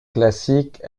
classique